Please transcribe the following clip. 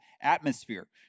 atmosphere